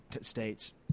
states